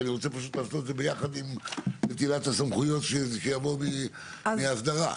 אני פשוט רוצה לעשות ביחד עם נטילת הסמכויות שיבואו מהאסדרה.